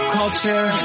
culture